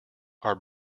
are